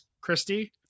christy